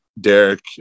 Derek